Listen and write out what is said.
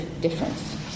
difference